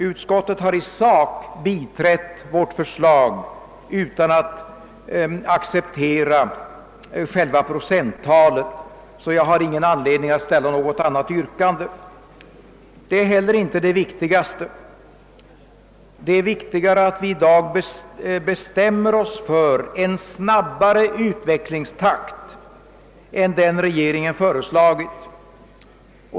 Utskottet har i sak biträtt vårt förslag utan att acceptera själva procenttalet, så jag har ingen anledning att ställa något annat yrkande. Det är heller inte det viktigaste. Det är viktigare att vi i dag bestämmer oss för en snabbare utvecklingstakt än den regeringen föreslagit.